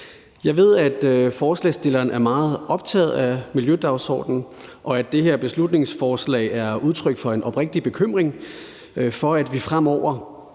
Jeg ved, at forslagsstilleren er meget optaget af miljødagsordenen, og at det her beslutningsforslag er udtryk for en oprigtig bekymring for, at vi fremover